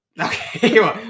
Okay